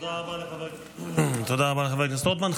תודה רבה לחבר הכנסת רוטמן.